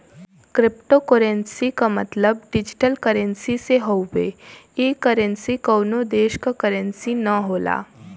cryptocurrency क मतलब digital currency से हउवे ई करेंसी कउनो देश क करेंसी न होला